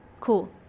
Cool